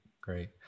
great